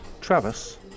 Travis